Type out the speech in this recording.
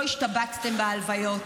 לא השתבצתם בהלוויות.